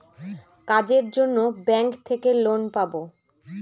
কাজের জন্য ব্যাঙ্ক থেকে লোন পাবো